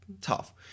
tough